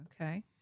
okay